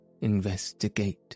investigate